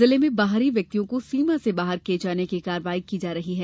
जिले में बाहरी व्यक्तियों को सीमा से बाहर किये जाने की कार्यवाही की जा रही है